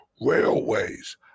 railways